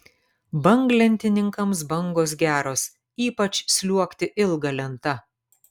banglentininkams bangos geros ypač sliuogti ilga lenta